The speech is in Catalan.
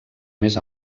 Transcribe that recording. més